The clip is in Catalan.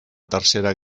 tercera